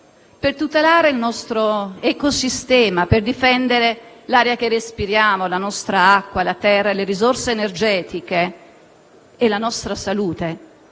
Per tutelare il nostro ecosistema, per difendere l'aria che respiriamo, la nostra acqua, la terra, le risorse energetiche e la nostra salute